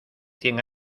cien